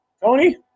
Tony